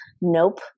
Nope